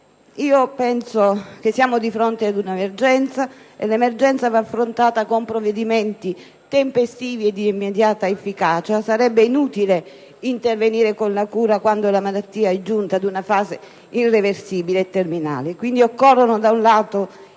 Penso che siamo di fronte ad una emergenza e che l'emergenza vada affrontata con provvedimenti tempestivi e di immediata efficacia: sarebbe inutile intervenire con la cura quando la malattia è giunta ad una fase irreversibile, terminale. Occorrono, quindi, da un lato